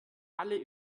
alle